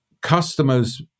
customers